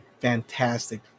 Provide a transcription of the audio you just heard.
Fantastic